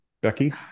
Becky